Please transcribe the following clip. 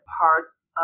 parts